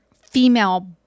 female